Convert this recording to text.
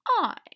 I